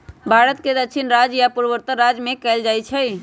भारत के दक्षिणी राज्य आ पूर्वोत्तर राज्य में कएल जाइ छइ